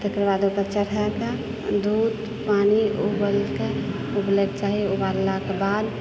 तेकर बाद ओकरा चढ़ाके दूध पानि उबलते उबलिक चाही उबाललाके बाद